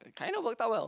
kind of worked out well